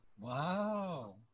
Wow